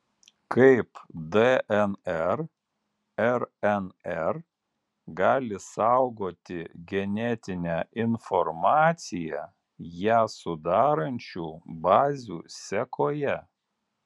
kaip dnr rnr gali saugoti genetinę informaciją ją sudarančių bazių sekoje